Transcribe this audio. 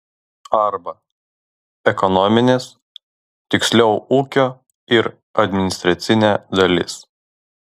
arba ekonominės tiksliau ūkio ir administracinė dalis